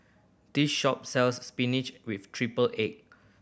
this shop sells spinach with triple egg